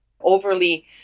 overly